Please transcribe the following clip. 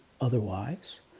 otherwise